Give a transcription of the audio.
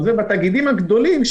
אבל בתאגידים הגדולים,